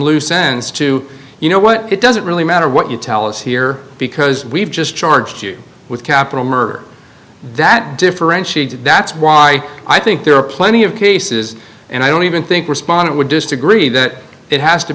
loose sense to you know what it doesn't really matter what you tell us here because we've just charged you with capital murder that differentiates that's why i think there are plenty of cases and i don't even think respondent would disagree that it has to